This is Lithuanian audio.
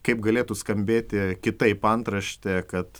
kaip galėtų skambėti kitaip antraštė kad